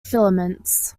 filaments